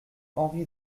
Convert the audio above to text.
henri